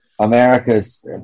America's